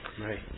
Right